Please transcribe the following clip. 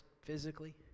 Physically